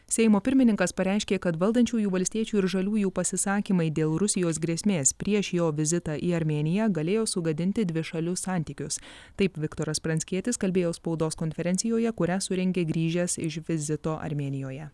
seimo pirmininkas pareiškė kad valdančiųjų valstiečių ir žaliųjų pasisakymai dėl rusijos grėsmės prieš jo vizitą į armėniją galėjo sugadinti dvišalius santykius taip viktoras pranckietis kalbėjo spaudos konferencijoje kurią surengė grįžęs iš vizito armėnijoje